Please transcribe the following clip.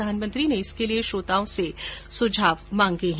प्रधानमंत्री ने इसके लिए श्रोताओं से सुझाव मांगे हैं